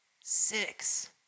Six